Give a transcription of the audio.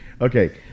Okay